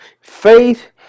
faith